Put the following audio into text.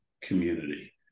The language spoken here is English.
community